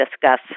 discuss